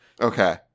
Okay